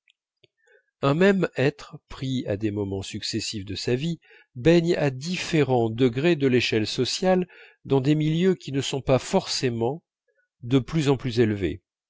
un même être pris à des moments successifs de sa vie baigne à différents degrés de l'échelle sociale dans des milieux qui ne sont pas forcément de plus en plus élevés